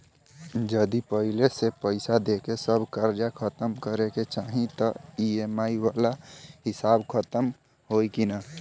जदी समय से पहिले पईसा देके सब कर्जा खतम करे के चाही त ई.एम.आई वाला हिसाब खतम होइकी ना?